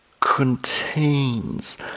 contains